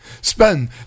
Spend